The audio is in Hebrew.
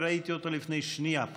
ראיתי אותו לפני שנייה,